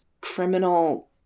criminal